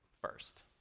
first